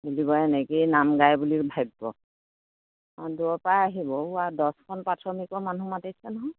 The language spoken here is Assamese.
বুলিব এনেকেই নাম গায় বুলি ভাবিব অঁ দূৰৰ পৰা আহিব দছখন প্ৰাথমিকৰ মানুহ মাতিছে নহয়